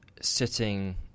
sitting